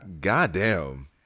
Goddamn